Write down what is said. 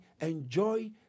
Enjoy